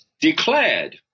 declared